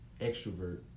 extrovert